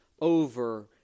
over